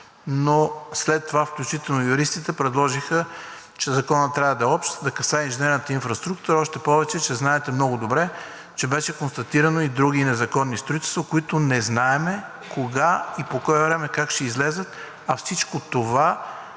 но след това включително и юристите предложиха, че Законът трябва да е общ, да касае инженерната инфраструктура, още повече, знаете много добре, че бяха констатирани и други незаконни строителства, които не знаем кога и по кое време как ще излязат. Всичко това в